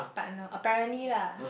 partner apparently lah